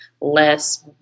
less